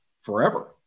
forever